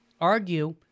argue